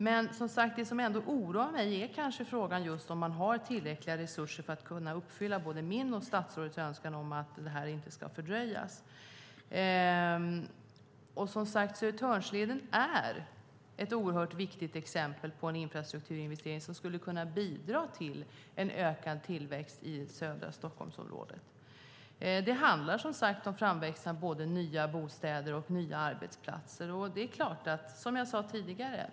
Men som sagt oroas jag av frågan om man har tillräckliga resurser för att kunna uppfylla både min och statsrådets önskan att detta inte ska fördröjas. Södertörnsleden är som sagt ett oerhört viktigt exempel på en infrastrukturinvestering som skulle kunna bidra till en ökad tillväxt i södra Stockholmsområdet. Det handlar om framväxten av både nya bostäder och nya arbetsplatser.